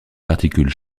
particule